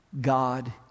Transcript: God